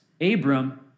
Abram